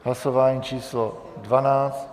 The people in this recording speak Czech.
Hlasování číslo 12.